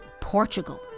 Portugal